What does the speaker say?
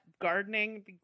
gardening